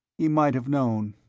he might have known.